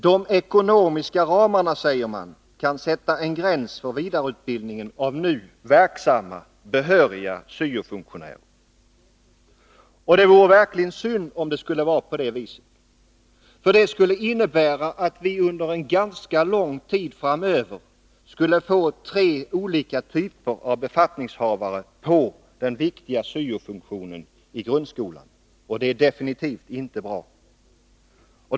De ekonomiska ramarna, säger man, kan sätta en gräns för vidareutbildning av nu verksamma, behöriga syo-funktionärer. Det vore verkligen synd om det skulle vara på det viset. Det skulle innebära att vi under ganska lång tid framöver skulle få tre olika typer av befattningshavare på den viktiga syo-funktionen i grundskolan, och det är definitivt inte bra.